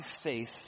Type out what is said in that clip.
faith